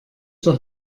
doch